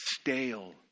stale